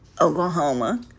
Oklahoma